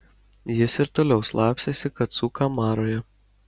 jis ir toliau slapstėsi kacų kamaroje